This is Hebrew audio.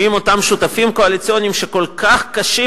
מיהם אותם שותפים קואליציוניים כל כך קשים